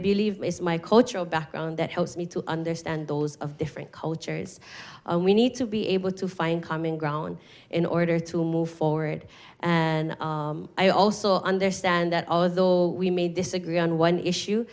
believe it's my cultural background that helps me to understand those of different cultures and we need to be able to find common ground in order to move forward and i also understand that although we may disagree on one issue